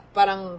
Parang